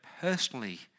personally